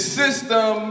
system